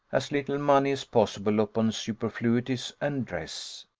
as little money as possible upon superfluities and dress.